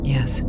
Yes